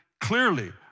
clearly